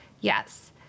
Yes